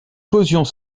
causions